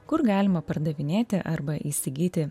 kur galima pardavinėti arba įsigyti